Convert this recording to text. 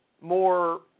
more